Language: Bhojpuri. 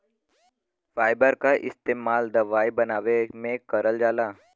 फाइबर क इस्तेमाल दवाई बनावे में करल जाला